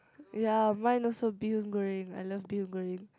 ya mine also bee-hoon goreng I love bee-hoon goreng